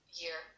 year